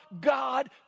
God